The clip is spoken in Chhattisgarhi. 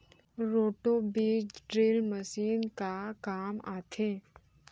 रोटो बीज ड्रिल मशीन का काम आथे?